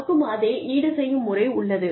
நமக்கும் அதே ஈடு செய்யும் முறை உள்ளது